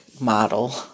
model